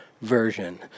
version